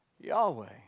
Yahweh